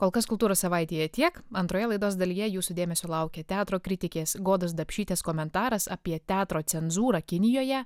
kol kas kultūros savaitėje tiek antroje laidos dalyje jūsų dėmesio laukia teatro kritikės godos dapšytės komentaras apie teatro cenzūrą kinijoje